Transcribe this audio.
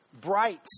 bright